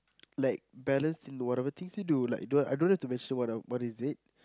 like balanced in whatever things we do like don't I don't have to mention what a what is it